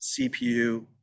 CPU